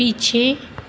पीछे